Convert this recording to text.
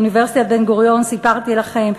אוניברסיטת בן-גוריון, סיפרתי לכם.